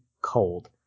cold